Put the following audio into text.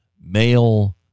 Male